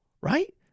right